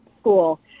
school